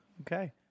Okay